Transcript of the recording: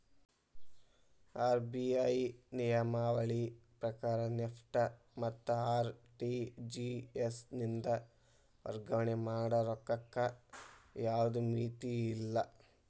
RBI ನಿಯಮಾವಳಿ ಪ್ರಕಾರ NEFT ಮತ್ತ ಆರ್.ಟಿ.ಜಿ.ಎಸ್ ಇಂದ ವರ್ಗಾವಣೆ ಮಾಡ ರೊಕ್ಕಕ್ಕ ಯಾವ್ದ್ ಮಿತಿಯಿಲ್ಲ